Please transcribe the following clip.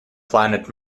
planet